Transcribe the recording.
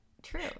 True